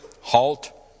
halt